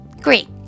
Great